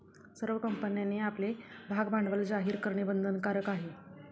सर्व कंपन्यांनी आपले भागभांडवल जाहीर करणे बंधनकारक आहे